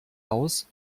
aus